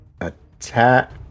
attack